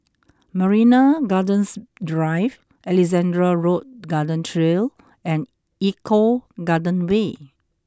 Marina Gardens Drive Alexandra Road Garden Trail and Eco Garden Way